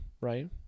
right